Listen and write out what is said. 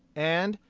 and,